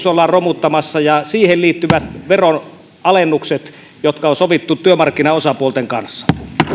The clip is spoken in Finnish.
ollaan romuttamassa kilpailukykysopimus ja siihen liittyvät veronalennukset jotka on sovittu työmarkkinaosapuolten kanssa